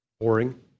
boring